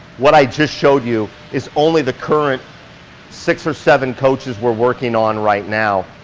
what i just showed you is only the current six or seven coaches we're working on right now.